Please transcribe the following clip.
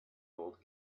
old